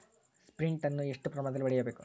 Sprint ಅನ್ನು ಎಷ್ಟು ಪ್ರಮಾಣದಲ್ಲಿ ಹೊಡೆಯಬೇಕು?